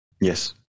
Yes